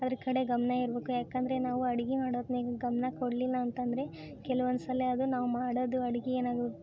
ಅದ್ರ ಕಡೆ ಗಮನ ಇರ್ಬೇಕು ಯಾಕಂದರೆ ನಾವು ಅಡ್ಗೆ ಮಾಡೋ ಹೊತ್ನ್ಯಾಗ್ ಗಮನ ಕೊಡಲಿಲ್ಲ ಅಂತಂದರೆ ಕೆಲ್ವೊಂದು ಸಲ ಅದು ನಾವು ಅಡ್ಗೆ ಏನಾಗೋಗುತ್ತೆ